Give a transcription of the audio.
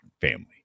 family